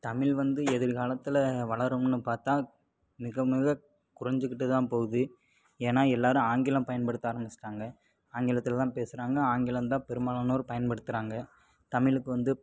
தமிழ் வந்து எதிர்காலத்தில் வளரும்னு பார்த்தா மிக மிக குறைஞ்சுக்கிட்டு தான் போகுது ஏன்னா எல்லோரும் ஆங்கிலம் பயன்படுத்த ஆரம்மிச்சிட்டாங்க ஆங்கிலத்தில் தான் பேசுகிறாங்க ஆங்கிலம் தான் பெரும்பாலானோர் பயன்படுத்துகிறாங்க தமிழுக்கு வந்து